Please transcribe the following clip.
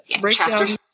breakdown